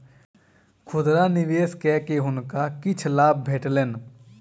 खुदरा निवेश कय के हुनका किछ लाभ भेटलैन